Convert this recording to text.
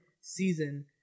season